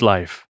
Life